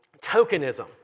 tokenism